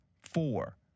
four